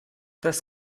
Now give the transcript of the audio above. das